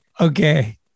Okay